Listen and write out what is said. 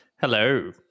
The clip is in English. hello